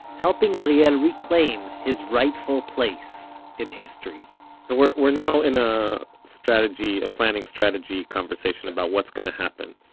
helping ariel ah yeah reclaim his rightful place in history so we're we're now in a strategy, a planning strategy conversation about what's gonna happen.